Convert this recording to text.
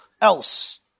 else